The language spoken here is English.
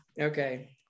Okay